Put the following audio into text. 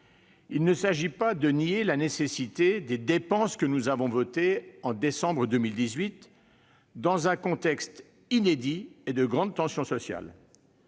Il ne s'agit pas de nier la nécessité des dépenses que nous avons votées au mois de décembre 2018, dans un contexte inédit et de grande tension sociale.